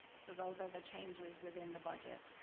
so those are the changes within the budget.